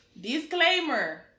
Disclaimer